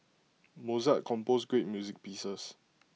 Mozart composed great music pieces